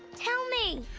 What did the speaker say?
tell me!